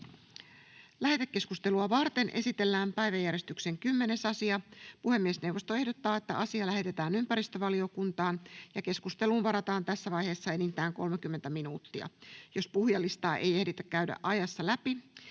Lähetekeskustelua varten esitellään päiväjärjestyksen 5. asia. Puhemiesneuvosto ehdottaa, että asia lähetetään sivistysvaliokuntaan. Keskusteluun varataan tässä vaiheessa enintään 30 minuuttia. Jos puhujalistaa ei tässä ajassa ehditä